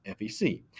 fec